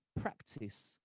practice